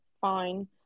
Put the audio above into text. fine